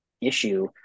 issue